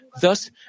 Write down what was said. Thus